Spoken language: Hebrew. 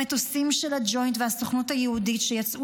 המטוסים של הג'וינט והסוכנות היהודית שיצאו